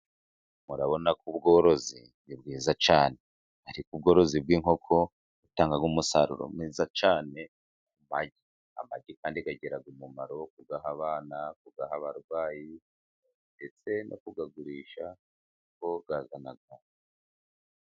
Murabona ko ubworozi ni bwiza cyane, ariko ubworozi bw’inkoko butanga umusaruro mwiza cyane. Amagi, kandi agira umumaro wo kuyaha abana, kuyaha abarwayi, ndetse no kuyagurisha kuko azana.